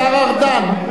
השר ארדן,